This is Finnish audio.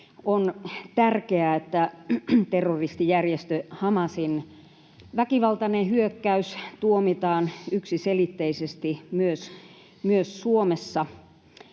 On tärkeää, että terroristijärjestö Hamasin väkivaltainen hyökkäys tuomitaan yksiselitteisesti myös Suomessa,